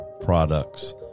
products